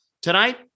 Tonight